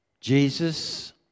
jesus